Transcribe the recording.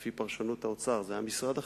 ולפי פרשנות האוצר זה היה משרד החינוך,